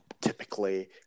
typically